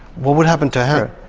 what would happen to her?